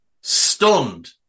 stunned